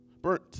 Burnt